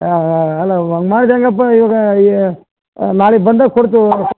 ಹಾಂ ಅಲ್ಲ ಹಂಗ್ ಮಾಡಿದ್ರೆ ಹೆಂಗಪ್ಪಾ ಇವಾಗ ಇ ನಾಳಿಗೆ ಬಂದಾಗ ಕೊಡ್ತೀವಿ